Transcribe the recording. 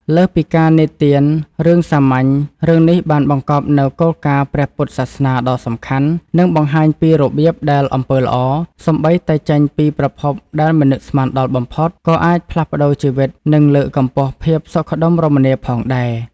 លើសពីការនិទានរឿងសាមញ្ញ រឿងនេះបានបង្កប់នូវគោលការណ៍ព្រះពុទ្ធសាសនាដ៏សំខាន់ និងបង្ហាញពីរបៀបដែលអំពើល្អ សូម្បីតែចេញពីប្រភពដែលមិននឹកស្មានដល់បំផុត ក៏អាចផ្លាស់ប្តូរជីវិត និងលើកកម្ពស់ភាពសុខដុមរមនាផងដែរ។